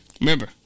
Remember